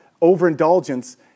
overindulgence